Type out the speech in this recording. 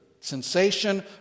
sensation